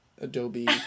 adobe